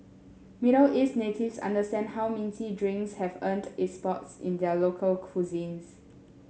Middle East natives understand how minty drinks have earned its spots in their local cuisines